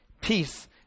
peace